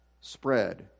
spread